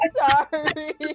sorry